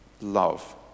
love